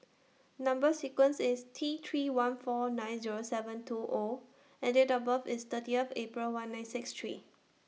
Number sequence IS T three one four nine Zero seven two O and Date of birth IS thirty F April one nine six three